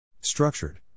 Structured